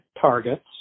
targets